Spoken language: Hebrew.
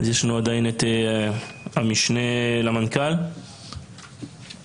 המשנה למנכ"ל משרד העלייה והקליטה,